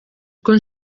uko